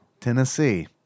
Tennessee